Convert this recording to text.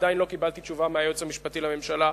עדיין לא קיבלתי תשובה מהיועץ המשפטי לממשלה.